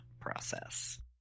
process